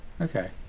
Okay